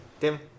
Tim